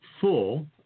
full